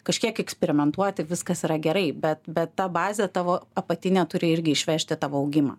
kažkiek eksperimentuoti viskas yra gerai bet bet ta bazė tavo apatinė turi irgi išvežti tavo augimą